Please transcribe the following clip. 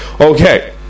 Okay